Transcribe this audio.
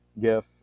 Gif